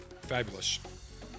Fabulous